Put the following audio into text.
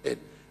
אין.